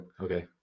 okay